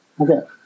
Okay